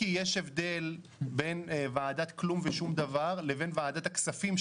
הבדל בין ועדת כלום ושום דבר לבין ועדת הכספים,